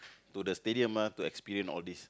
to the stadium ah to experience all these